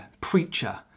preacher